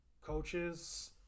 coaches